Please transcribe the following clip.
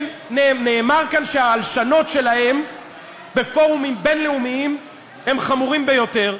נאמר כאן שההלשנות שלהם בפורומים בין-לאומיים הן חמורות ביותר.